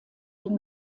den